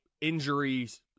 injuries